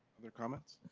other comments?